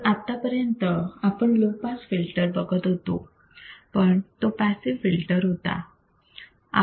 तर आत्तापर्यंत आपण लो पास फिल्टर बघत होतो पण तो पॅसिव्ह फिल्टर होता